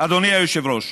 אדוני היושב-ראש,